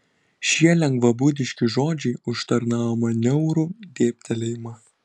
šie lengvabūdiški žodžiai užtarnavo man niaurų dėbtelėjimą